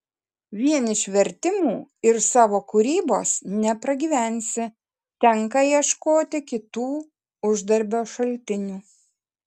vien iš vertimų ir savo kūrybos nepragyvensi tenka ieškoti kitų uždarbio šaltinių